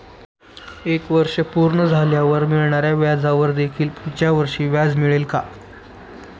एक वर्ष पूर्ण झाल्यावर मिळणाऱ्या व्याजावर देखील पुढच्या वर्षी व्याज मिळेल का?